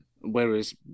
Whereas